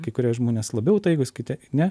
kai kurie žmonės labiau įtaigūs kiti ne